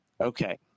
Okay